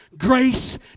Grace